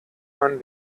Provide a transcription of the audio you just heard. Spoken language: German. man